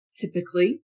typically